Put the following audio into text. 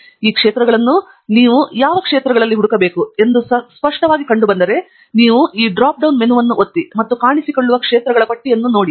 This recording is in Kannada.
ಈ ಕ್ಷೇತ್ರಗಳನ್ನು ನೀವು ಯಾವ ಕ್ಷೇತ್ರಗಳಲ್ಲಿ ಹುಡುಕಬೇಕು ಎಂಬುದು ಸ್ಪಷ್ಟವಾಗಿ ಕಂಡುಬಂದರೆ ನೀವು ಈ ಡ್ರಾಪ್ಡೌನ್ ಮೆನುವನ್ನು ಒತ್ತಿ ಮತ್ತು ನೀವು ಕಾಣಿಸಿಕೊಳ್ಳುವ ಕ್ಷೇತ್ರಗಳ ಪಟ್ಟಿಯನ್ನು ನೋಡಬಹುದು